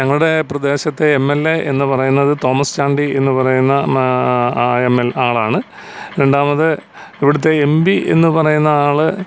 ഞങ്ങളുടെ പ്രദേശത്തെ M L A എന്നുപറയുന്നത് തോമസ്ച്ചാണ്ടി എന്നുപറയുന്ന ആ ആളാണ് രണ്ടാമത് ഇവിടുത്തെ എം പി എന്നുപറയുന്ന ആൾ